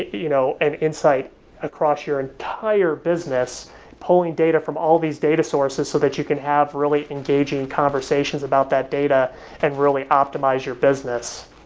you know an insight across your entire business pulling data from all these data sources so that you can have really engaging conversations about that data and really optimize your business.